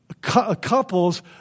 couples